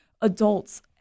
adults